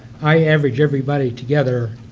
i average everybody together,